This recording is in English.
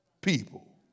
people